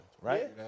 right